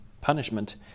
punishment